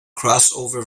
crossover